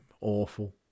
Awful